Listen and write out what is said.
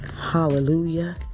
Hallelujah